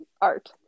Art